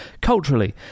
culturally